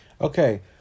okay